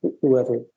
whoever